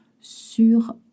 sur